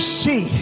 see